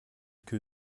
que